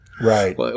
Right